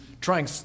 trying